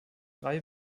drei